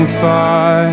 far